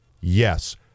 yes